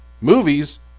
movies